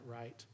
right